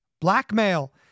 blackmail